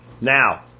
Now